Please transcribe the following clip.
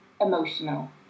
emotional